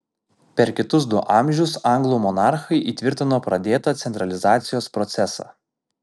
per kitus du amžius anglų monarchai įtvirtino pradėtą centralizacijos procesą